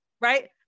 right